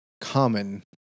common